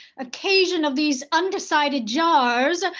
occasion of these undecided jars,